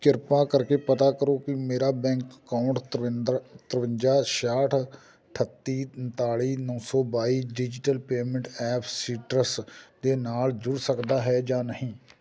ਕਿਰਪਾ ਕਰਕੇ ਪਤਾ ਕਰੋ ਕਿ ਮੇਰਾ ਬੈਂਕ ਅਕਾਊਂਟ ਤਰਵਿੰਦਰ ਤਰਵੰਜਾ ਛਿਆਹਠ ਅਠੱਤੀ ਉਨਤਾਲੀ ਨੌਂ ਸੌ ਬਾਈ ਡਿਜਿਟਲ ਪੇਮੈਂਟ ਐਪ ਸੀਟਰਸ ਦੇ ਨਾਲ ਜੁੜ ਸਕਦਾ ਹੈ ਜਾਂ ਨਹੀਂ